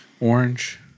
orange